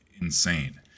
insane